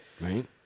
Right